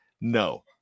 No